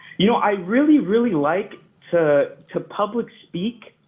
you know i really, really like to public speak.